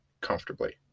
Comfortably